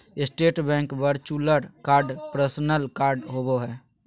state bank virtual card personal card होबो हइ